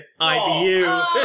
IBU